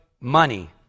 money